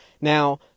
Now